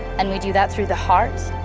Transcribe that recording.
and we do that through the hearts,